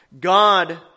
God